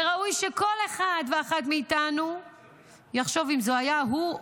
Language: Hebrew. ראוי שכל אחד ואחת מאיתנו יחשוב אם זה היה הוא,